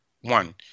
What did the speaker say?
One